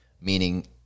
meaning